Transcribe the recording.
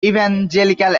evangelical